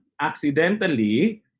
accidentally